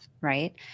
right